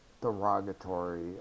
derogatory